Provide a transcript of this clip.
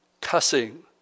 cussing